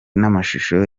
n’amashusho